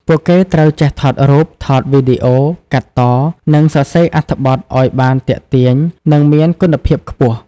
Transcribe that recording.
ពួកគេត្រូវចេះថតរូប ថតវីដេអូ កាត់ត និងសរសេរអត្ថបទឱ្យបានទាក់ទាញ និងមានគុណភាពខ្ពស់។